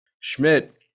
schmidt